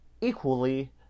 equally